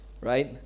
right